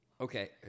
Okay